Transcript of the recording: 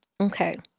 Okay